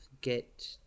get